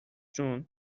جون